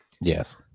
Yes